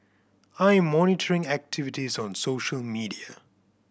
I'm monitoring activities on social media